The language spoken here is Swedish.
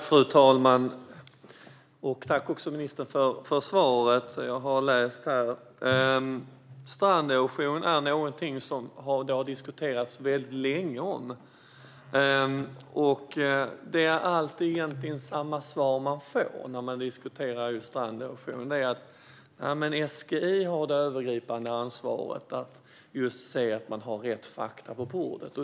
Fru talman! Jag tackar ministern för svaret. Stranderosion är något som har diskuterats länge. Man får egentligen alltid samma svar när stranderosion diskuteras, och det är att SGI har det övergripande ansvaret för att rätt fakta ligger på bordet.